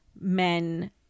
men